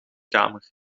kamer